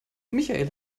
michael